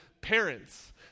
parents